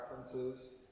preferences